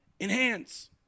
enhance